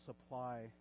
supply